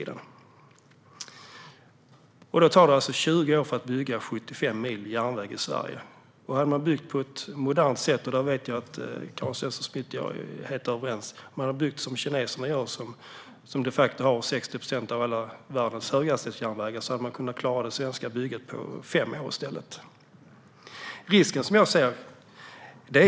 Det tar alltså 20 år för att bygga 75 mil järnväg i Sverige. Hade vi byggt som kineserna gör, som de facto har 60 procent av världens alla höghastighetsjärnvägar, hade vi kunnat klara det svenska bygget på fem år. Här vet jag att Karin Svensson Smith och jag är överens.